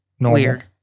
weird